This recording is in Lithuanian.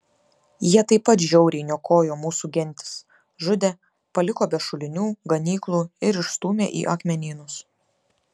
jie taip pat žiauriai niokojo mūsų gentis žudė paliko be šulinių ganyklų ir išstūmė į akmenynus